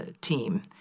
team